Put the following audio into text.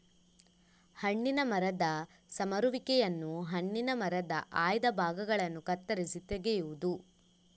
ಹಣ್ಣಿನ ಮರದ ಸಮರುವಿಕೆಯನ್ನು ಹಣ್ಣಿನ ಮರದ ಆಯ್ದ ಭಾಗಗಳನ್ನು ಕತ್ತರಿಸಿ ತೆಗೆಯುವುದು